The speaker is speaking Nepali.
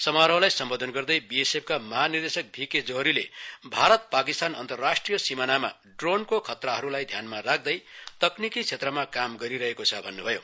समारोहलाई सम्बोधन गर्दै बीएसएफका महानिर्देशक भीके जोहरीले भारत पाकिस्तान अन्तरराष्ट्रिय सिमानामा ड्रोनको खतराहरूलाई ध्यानमा राख्दै तकनिकी क्षेत्रमा काम गरिरहेको छ भन्नु भयो